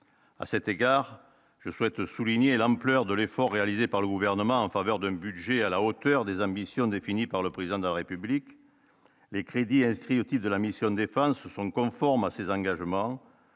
à cet égard je souhaite souligner l'ampleur de l'effort réalisé par le gouvernement en faveur d'une budget à la hauteur des ambitions définies par le président de la République, les crédits inscrits type de la mission défense sont conformes à ses engagements,